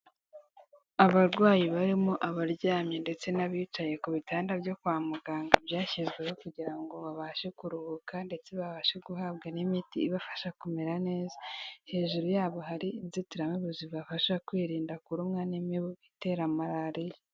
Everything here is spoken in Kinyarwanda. Abarwayi barimo abaryamye ndetse n'abicaye ku bitanda byo kwa muganga byashyizweho kugira ngo babashe kuruhuka ndetse babashe guhabwa n'imiti ibafasha kumera neza. Hejuru yabo hari inzitiramubu zibafasha kwirinda kurumwa n'imibu itera malariya.